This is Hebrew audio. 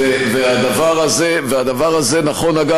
מה זאת אומרת שלשר התקשורת אין הסמכות?